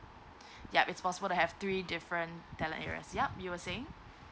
yup it's possible to have three different talent areas yup you were saying